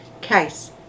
case